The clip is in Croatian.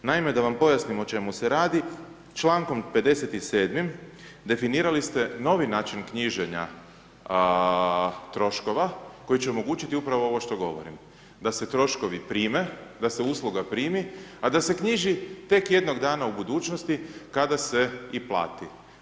Naime, da vam pojasnim o čemu se radi, člankom 57. definirali ste novi način knjiženja troškova, koji će omogućiti upravo ovo što govorim da se troškovi prime, da se usluga primi a da se knjiži tek jednog dana u budućnosti kada se i plati.